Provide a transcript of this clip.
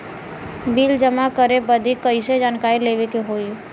Bill जमा करे बदी कैसे जानकारी लेवे के होई?